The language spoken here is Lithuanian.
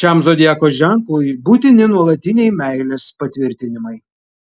šiam zodiako ženklui būtini nuolatiniai meilės patvirtinimai